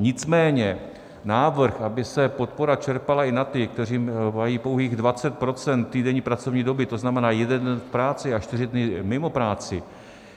Nicméně návrh, aby se podpora čerpala i na ty, kteří mají pouhých 20 % týdenní pracovní doby, to znamená jeden den v práci a čtyři dny mimo práci,